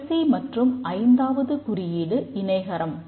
கடைசி மற்றும் ஐந்தாவது குறியீடு இணைகரம்